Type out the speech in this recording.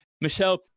Michelle